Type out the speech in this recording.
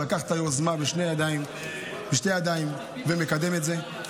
שלקח את היוזמה בשתי ידיים ומקדם את זה.